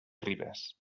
ribes